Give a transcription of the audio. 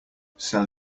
sell